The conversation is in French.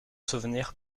souvenir